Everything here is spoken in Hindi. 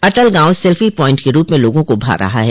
अटल गाँव सेल्फी प्वाइंट के रूप में लोगों को भा रहा है